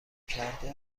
کرده